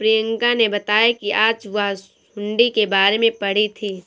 प्रियंका ने बताया कि आज वह हुंडी के बारे में पढ़ी थी